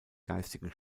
geistigen